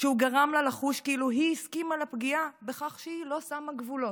כשהוא גרם לה לחוש כאילו היא הסכימה לפגיעה בכך שהיא לא שמה גבולות.